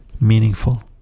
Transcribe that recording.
meaningful